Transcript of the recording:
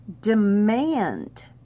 demand